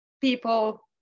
people